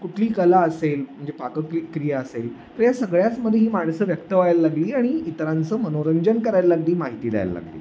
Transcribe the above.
कुठली कला असेल म्हणजे पाकक्रि क्रिया असेल तर या सगळ्याचमध्ये ही माणसं व्यक्त व्हायला लागली आणि इतरांचं मनोरंजन करायला लागली माहिती द्यायला लागली